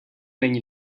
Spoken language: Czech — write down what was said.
není